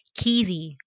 Keezy